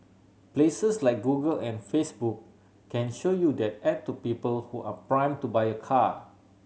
places like Google and Facebook can show you that ad to people who are prime to buy a car